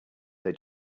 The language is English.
they